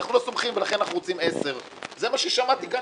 אנחנו לא סומכים ולכן אנחנו רוצים 10. זה מה ששמעתי כאן,